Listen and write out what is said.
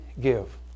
Give